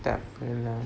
tak apa lah